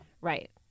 Right